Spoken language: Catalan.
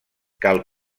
cal